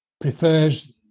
prefers